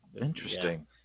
Interesting